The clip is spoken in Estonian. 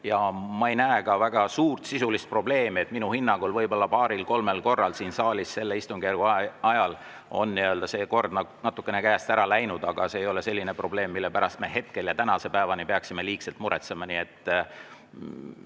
Aga ma ei näe väga suurt sisulist probleemi. Minu hinnangul võib-olla paaril-kolmel korral siin saalis selle istungjärgu ajal on kord natukene käest ära läinud, aga see ei ole selline probleem, mille pärast me hetkel ja tänase päevani peaksime liigselt muretsema.